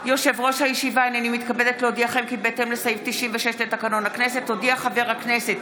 כי בהתאם לסעיף 96 לתקנון הכנסת, הודיע חבר הכנסת